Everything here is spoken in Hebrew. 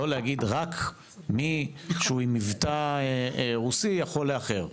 לא להגיד, רק מי שהוא עם מבטא רוסי יכול לאחר.